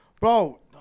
Bro